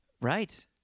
Right